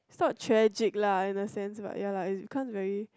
it's not tragic la in the sense like ya la cause very